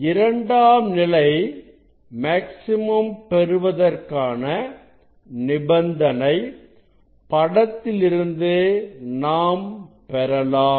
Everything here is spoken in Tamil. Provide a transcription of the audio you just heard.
இரண்டாம் நிலை மேக்ஸிமம் பெறுவதற்கான நிபந்தனை படத்திலிருந்து நாம் பெறலாம்